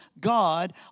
God